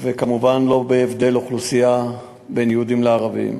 וכמובן ללא הבדל בין יהודים לערבים.